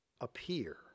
appear